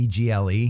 EGLE